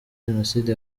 jenoside